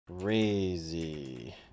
Crazy